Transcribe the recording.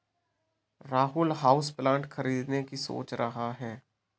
Rahul houseplant खरीदने की सोच रहा है